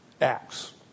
Acts